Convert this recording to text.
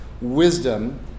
wisdom